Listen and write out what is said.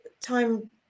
time